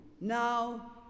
now